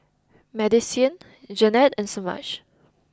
Madisyn Jannette and Semaj